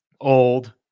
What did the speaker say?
old